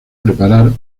preparar